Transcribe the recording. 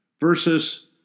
versus